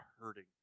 hurting